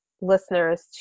listeners